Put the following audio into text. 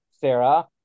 Sarah